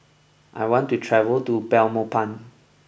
I want to travel to Belmopan